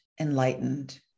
enlightened